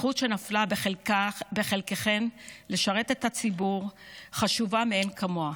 הזכות שנפלה בחלקכן לשרת את הציבור חשובה מאין כמוה.